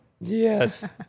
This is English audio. Yes